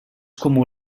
comú